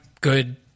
good